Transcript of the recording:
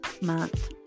month